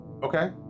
Okay